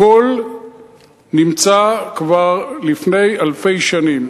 הכול נמצא כבר לפני אלפי שנים.